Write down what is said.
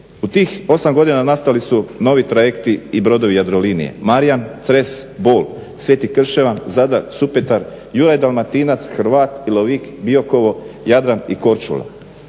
U tih 8 godina nastali su novi trajekti i brodovi Jadrolinije – Marijan, Cres, Bol, Sveti Krševan, Zadar, Supetar, Juraj Dalmatinac, Hrvat, Ilovik, Biokovo, Jadran i Korčula.